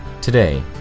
Today